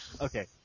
Okay